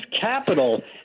capital